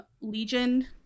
Legion